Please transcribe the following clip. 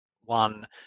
one